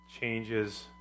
changes